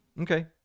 Okay